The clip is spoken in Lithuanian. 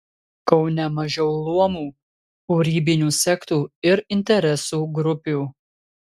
kaune mažiau luomų kūrybinių sektų ir interesų grupių